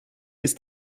ist